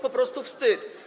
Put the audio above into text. Po prostu wstyd.